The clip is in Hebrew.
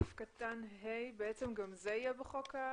לגבי סעיף קטן (ה), גם זה יהיה בחוק נובמבר?